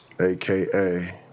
Aka